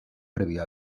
previo